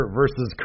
versus